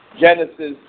Genesis